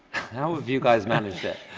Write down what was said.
how have you guys managed it?